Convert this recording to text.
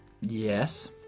Yes